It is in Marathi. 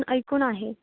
ऐकून आहे